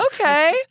Okay